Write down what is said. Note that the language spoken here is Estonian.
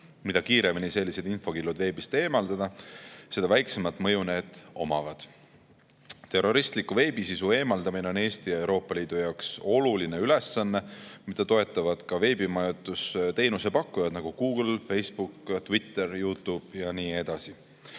Mida kiiremini sellised infokillud veebist eemaldada, seda väiksemat mõju need omavad. Terroristliku veebisisu eemaldamine on Eesti ja Euroopa Liidu jaoks oluline ülesanne, mida toetavad ka veebimajutusteenuse pakkujad, nagu Google, Facebook, Twitter, YouTube ja nii edasi.